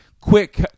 quick